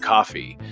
Coffee